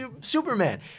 Superman